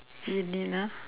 genie ah